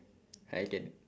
I can